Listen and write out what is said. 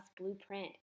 blueprint